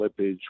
slippage